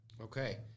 Okay